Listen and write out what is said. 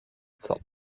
thought